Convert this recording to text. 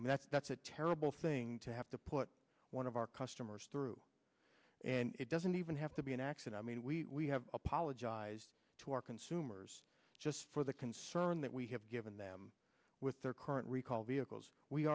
mean that's a terrible thing to have to put one of our customers through and it doesn't even have to be an action i mean we have apologized to our consumers just for the concern that we have given them with their current recall vehicles we